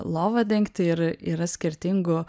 lovą dengti ir yra skirtingų